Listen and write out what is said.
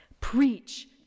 preach